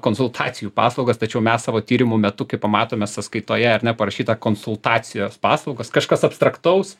konsultacijų paslaugas tačiau mes savo tyrimų metu kai pamatome sąskaitoje ar ne parašyta konsultacijos paslaugos kažkas abstraktaus